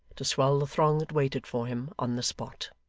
to swell the throng that waited for him on the spot.